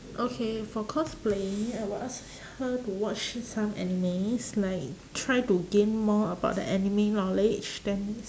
okay for cosplaying I will ask her to watch some animes like try to gain more about the anime knowledge then